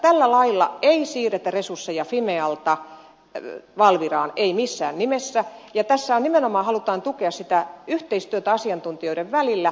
tällä lailla ei siirretä resursseja fimealta valviraan ei missään nimessä ja tässä nimenomaan halutaan tukea sitä yhteistyötä asiantuntijoiden välillä